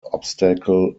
obstacle